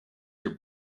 your